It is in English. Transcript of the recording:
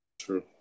True